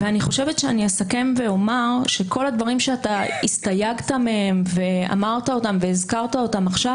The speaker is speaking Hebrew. אני אסכם ואומר שכל הדברים שאתה הסתייגת מהם והזכרת אותם עכשיו